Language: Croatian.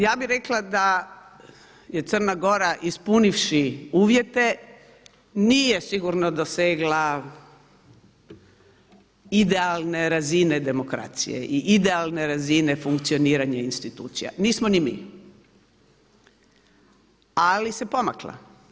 Ja bih rekla da je Crna Gora ispunivši uvjete nije sigurno dosegla idealne razine demokracije i idealne razine funkcioniranja institucija, nismo ni mi ali se pomakla.